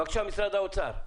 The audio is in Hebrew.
בבקשה, משרד האוצר.